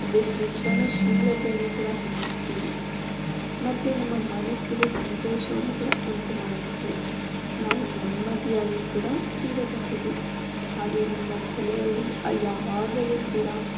ಹಾಗೆ ಸೃಜನಶೀಲತೆಯನ್ನು ಕೂಡ ಹೊಂದುತ್ತೀವಿ ಮತ್ತು ನಮ್ಮ ಮನಸ್ಸಿಗೆ ಸಂತೋಷವನ್ನು ಕೂಡ ಉಂಟು ಮಾಡುತ್ತದೆ ನಾವು ನೆಮ್ಮದಿಯಾಗಿ ಕೂಡ ಇರಬಹುದು ಹಾಗೇ ನಮ್ಮ ತಲೆಯಲ್ಲಿ ಯಾವಾಗಲೂ ಕೂಡ